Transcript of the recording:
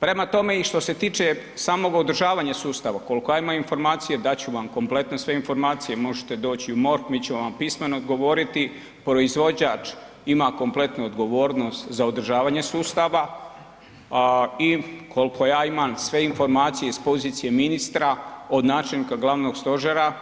Prema tome i što se tiče samog održavanja sustava koliko ja imam informacije, dat ću vam kompletno sve informacije, možete doći i u MORH mi ćemo vam pismeno odgovoriti, proizvođač ima kompletnu odgovornost za održavanje sustava i koliko ja imam sve informacije iz pozicije ministra od načelnika glavnog stožera